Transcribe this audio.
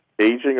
aging